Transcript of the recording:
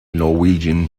norwegian